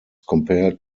compared